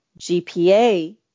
GPA